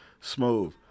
smooth